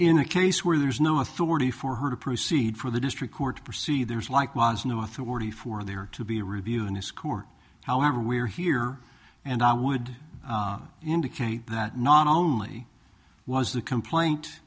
in a case where there is no authority for her to proceed for the district court to proceed there's like was no authority for there to be a review in a score however we are here and i would indicate that not only was the complaint